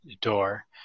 door